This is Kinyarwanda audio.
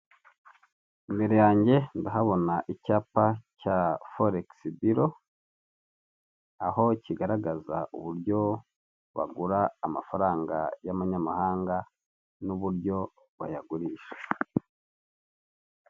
Imbere yanjye ndahabona icyapa cya forekisi biro aho kigaragaza uburyo bagura amafaranga y'abanyamahanga n'uburyo bayagurisha.